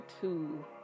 two